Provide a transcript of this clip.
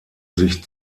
sich